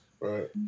Right